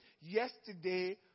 yesterday